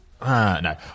No